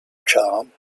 charm